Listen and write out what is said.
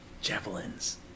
Javelins